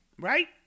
Right